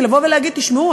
כי לבוא ולהגיד: תשמעו,